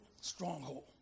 stronghold